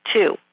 Two